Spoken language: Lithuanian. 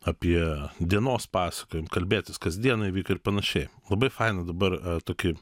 apie dienos pasakojimą kalbėtis kas dieną įvyko ir panašiai labai faina dabar tokį